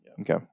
Okay